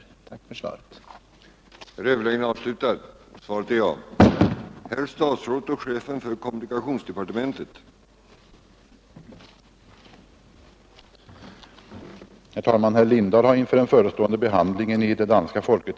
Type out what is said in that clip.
Jag ber än en gång att få tacka för svaret.